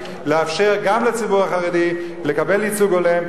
לאפשר גם לציבור החרדי לקבל ייצוג הולם,